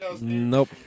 Nope